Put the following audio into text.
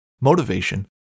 motivation